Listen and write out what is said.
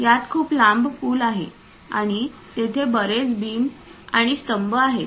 यात खूप लांब पूल आहे आणि तेथे बरेच बीम आणि स्तंभ आहेत